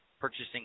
purchasing